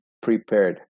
prepared